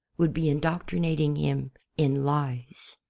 would be indoctrinating him in lies.